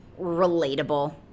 relatable